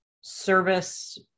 service